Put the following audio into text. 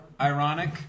ironic